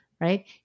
right